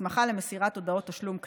הסמכה למסירת הודעת תשלום קנס,